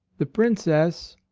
the princess,